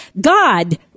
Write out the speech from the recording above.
God